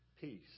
peace